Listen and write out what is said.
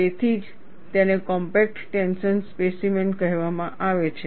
તેથી જ તેને કોમ્પેક્ટ ટેન્શન સ્પેસીમેન કહેવામાં આવે છે